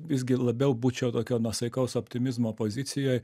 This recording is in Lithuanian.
visgi labiau būčiau tokio nuosaikaus optimizmo pozicijoj